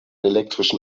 elektrischen